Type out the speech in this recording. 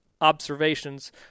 observations